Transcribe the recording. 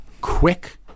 quick